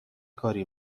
کاری